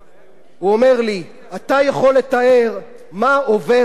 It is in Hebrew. אתה יכול לתאר מה עובר עלי יום-יום.